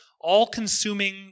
all-consuming